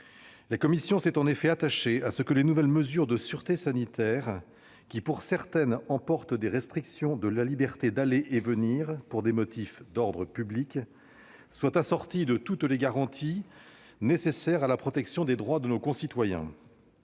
sociales s'est montrée soucieuse que les nouvelles mesures de sûreté sanitaire, dont certaines emportent des restrictions de la liberté d'aller et venir pour des motifs d'ordre public, soient assorties de toutes les garanties nécessaires à la protection des droits de nos concitoyens.